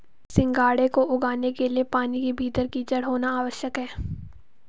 सिंघाड़े को उगाने के लिए पानी के भीतर कीचड़ होना आवश्यक है